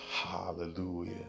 hallelujah